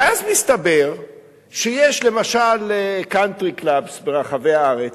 ואז מסתבר שיש, למשל, "קאנטרי קלאב" ברחבי הארץ.